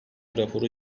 raporu